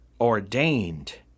ordained